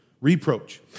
reproach